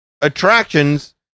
attractions